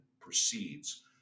proceeds